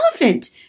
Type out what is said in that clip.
elephant